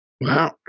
Wow